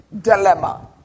dilemma